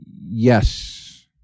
Yes